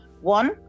One